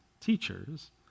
teachers